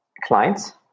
clients